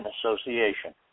association